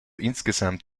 insgesamt